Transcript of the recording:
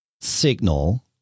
signal